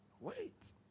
wait